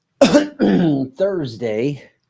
Thursday